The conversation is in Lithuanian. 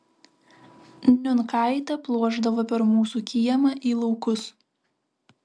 niunkaitė pluošdavo per mūsų kiemą į laukus